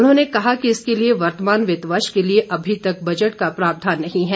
उन्होंने कहा कि इसके लिए वर्तमान वित्त वर्ष के लिए अभी तक बजट का प्रावधान नहीं है